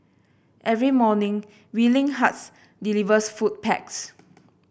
every morning Willing Hearts delivers food packs